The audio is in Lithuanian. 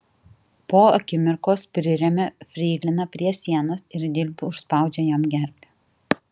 po akimirkos priremia freiliną prie sienos ir dilbiu užspaudžia jam gerklę